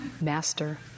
Master